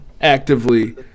actively